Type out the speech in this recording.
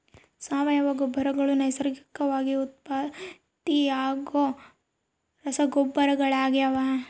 ಸಾವಯವ ಗೊಬ್ಬರಗಳು ನೈಸರ್ಗಿಕವಾಗಿ ಉತ್ಪತ್ತಿಯಾಗೋ ರಸಗೊಬ್ಬರಗಳಾಗ್ಯವ